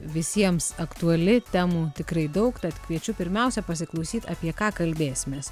visiems aktuali temų tikrai daug tad kviečiu pirmiausia pasiklausyt apie ką kalbėsimės